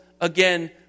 again